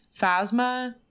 Phasma